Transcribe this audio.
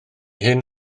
hyn